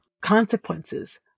consequences